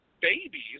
Babies